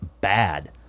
bad